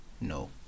No